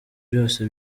byose